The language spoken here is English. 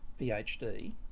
PhD